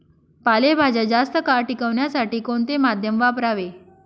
पालेभाज्या जास्त काळ टिकवण्यासाठी कोणते माध्यम वापरावे?